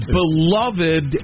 beloved